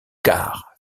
quart